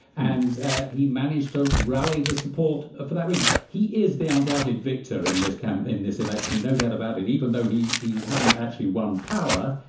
and he managed to rally the support ah for that reason. he is the undoubted victor in this kind of in this election, no doubt about it, even though he he hasn't actually won power.